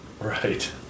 Right